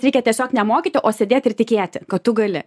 reikia tiesiog ne mokyti o sėdėt ir tikėti kad tu gali